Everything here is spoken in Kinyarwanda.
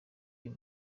uyu